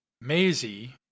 Maisie